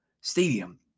Stadium